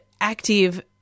active